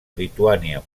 lituània